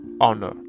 honor